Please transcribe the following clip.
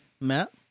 Matt